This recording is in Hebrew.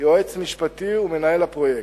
יועץ משפטי ומנהל לפרויקט,